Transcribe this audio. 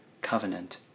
covenant